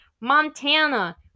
Montana